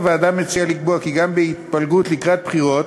הוועדה מציעה לקבוע כי גם התפלגות לקראת בחירות,